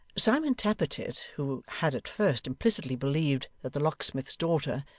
simon tappertit, who had at first implicitly believed that the locksmith's daughter,